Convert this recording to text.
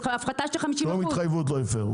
של הפחתה של 50%. שום התחייבות לא הפרו.